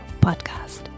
podcast